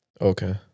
okay